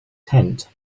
tent